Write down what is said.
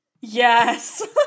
Yes